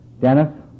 Dennis